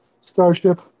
starship